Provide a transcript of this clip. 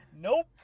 Nope